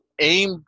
aim